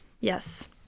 yes